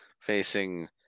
facing